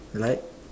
like